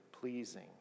pleasing